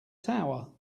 tower